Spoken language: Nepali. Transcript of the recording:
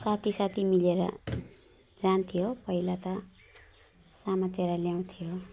साथी साथी मिलेर जान्थ्यो पहिला त समातेर ल्याउँथ्यो